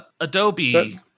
Adobe